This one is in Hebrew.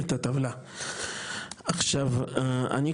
את הטבלה.